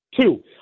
two